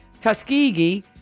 Tuskegee